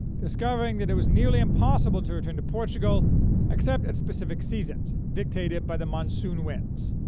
discovering that it was nearly impossible to return to portugal except at specific seasons, dictated by the monsoon winds.